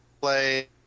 play –